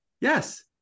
Yes